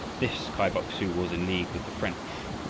this kai bok-su was in league with the french,